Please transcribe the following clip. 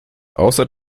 außer